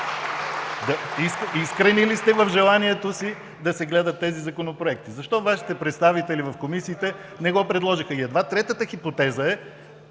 Искрени ли сте в желанието си да се гледат тези законопроекти? Защо Вашите представители в комисиите не го предложиха? И едва третата хипотеза е